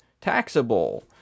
taxable